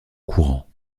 courant